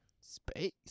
Space